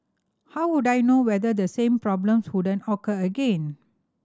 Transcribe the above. how would I know whether the same problems wouldn't occur again